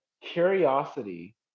curiosity